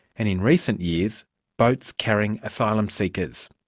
and in recent years boats carrying asylum seekers.